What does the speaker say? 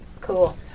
Cool